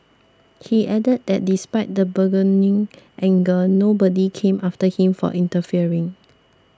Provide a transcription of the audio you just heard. he added that despite the burgeoning anger nobody came after him for interfering